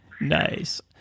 Nice